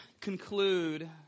conclude